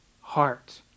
heart